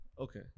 Okay